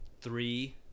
three